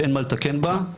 שאין מה לתקן בה,